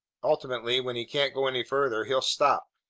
ultimately, when he can't go any farther, he'll stop.